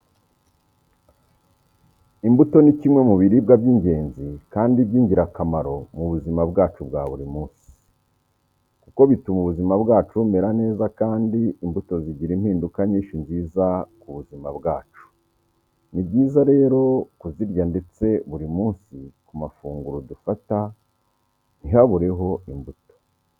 Imbuto ni kimwe mu biribwa by'ingenzi kandi by'ingirakamaro mu buzima bwacu bwa buri munsi, kuko bituma ubuzima bwacu bumera neza kandi imbuto zigira impinduka nyinshi nziza ku buzima bwacu. Ni byiza rero kuzirya ndetse buri munsi ku mafunguro dufata ntihabureho imbuto.